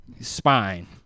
spine